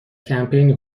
کمپینی